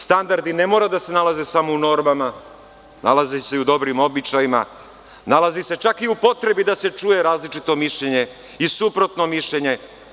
Standardi ne moraju da se nalaze samo u normama, nalaze se i u dobrim običajima, nalaze se čak i u potrebi da se čuje različito mišljenje i suprotno mišljenje.